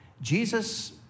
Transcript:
Jesus